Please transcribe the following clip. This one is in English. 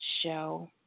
show